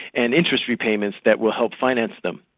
and interest repayments that will help finance them.